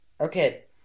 Okay